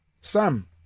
Sam